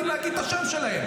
אפילו, שמעתי את הרמיזה.